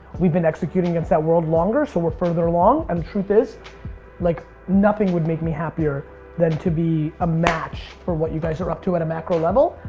we've been executing against that world longer so we're further along and truth is like nothing would make me happier than to be a match for what you guys are up to at a macro level.